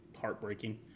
heartbreaking